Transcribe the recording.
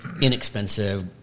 inexpensive